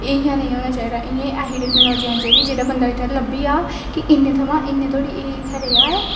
इ'यां निं होना चाहिदा इ'यां ऐसी टैकनलाजी आनी चाहिदी जेह्ड़ी जेह्ड़ा बंदा इत्थै लब्भी जा कि इन्ने थमां दा इन्ने धोड़ी एह् इत्थें रेहा ऐ